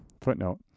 Footnote